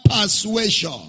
persuasion